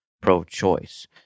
pro-choice